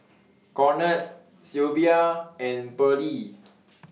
Conard Silvia and Pearle